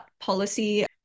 policy